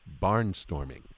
barnstorming